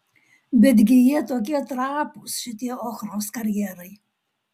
betgi jie tokie trapūs šitie ochros karjerai